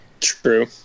True